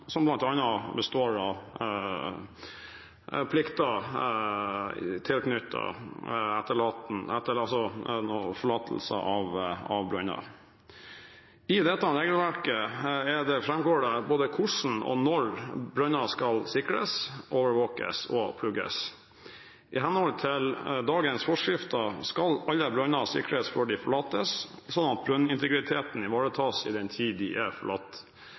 som bl.a. består av plikter tilknyttet etterlatelse av brønner. I dette regelverket framgår det både hvordan og når brønner skal sikres, overvåkes og plugges. I henhold til dagens forskrifter skal alle brønner sikres før de forlates, slik at brønnintegriteten ivaretas i den tiden de er forlatt.